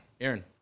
aaron